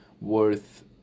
worth